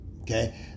Okay